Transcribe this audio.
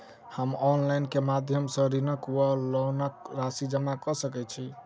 हम ऑनलाइन केँ माध्यम सँ ऋणक वा लोनक राशि जमा कऽ सकैत छी?